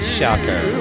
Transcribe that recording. Shocker